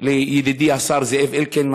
לידידי השר זאב אלקין,